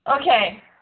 Okay